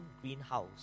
greenhouse